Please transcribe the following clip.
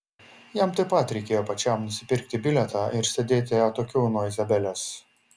jam taip pat reikėjo pačiam nusipirkti bilietą ir sėdėti atokiau nuo izabelės